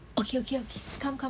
okay okay okay come come